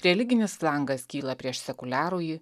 religinis flangas kyla prieš sekuliarųjį